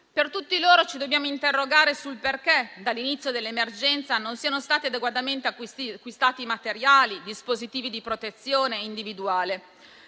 Per tutti loro ci dobbiamo interrogare sul perché dall'inizio dell'emergenza non siano stati adeguatamente acquistati materiali e dispositivi di protezione individuale,